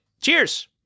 cheers